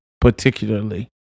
particularly